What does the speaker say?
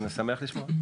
אני שמח לשמוע.